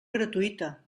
gratuïta